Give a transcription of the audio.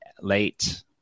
late